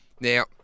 Now